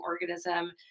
organism